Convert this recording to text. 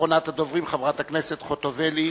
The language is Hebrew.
אחרונת הדוברים, חברת הכנסת ציפי חוטובלי.